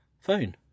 phone